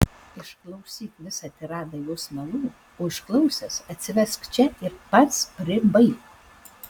išklausyk visą tiradą jos melų o išklausęs atsivesk čia ir pats pribaik